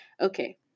Okay